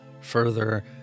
further